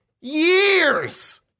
years